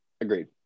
agreed